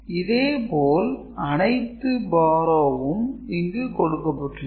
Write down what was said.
இதே போல் அனைத்து "borrow" ம் இங்கு கொடுக்கப்பட்டுள்ளது